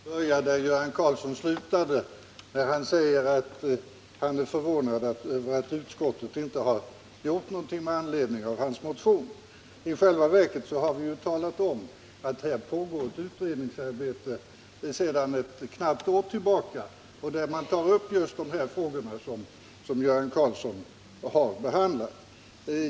Herr talman! Låt mig börja där Göran Karlsson slutade. Göran Karlsson säger att han är förvånad över att utskottet inte har gjort någonting med anledning av hans motion. I själva verket har vi ju talat om att det pågår ett utredningsarbete sedan knappt ett år tillbaka, där man tar upp just de frågor som Göran Karlsson har behandlat.